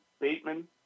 Bateman